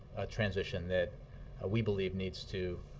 transition that we believe needs to